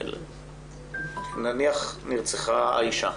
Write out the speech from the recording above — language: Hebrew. נניח שנרצחה האישה,